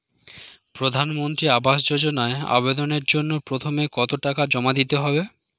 প্রধানমন্ত্রী আবাস যোজনায় আবেদনের জন্য প্রথমে কত টাকা জমা দিতে হবে?